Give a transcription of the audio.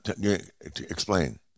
explain